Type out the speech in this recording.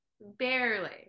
Barely